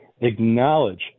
acknowledge